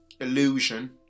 illusion